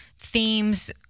themes